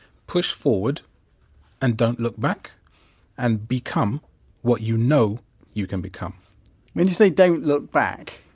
push forward and don't look back and become what you know you can become when you say don't look back